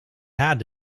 had